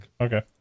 okay